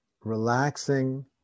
relaxing